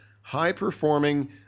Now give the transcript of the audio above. high-performing